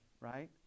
right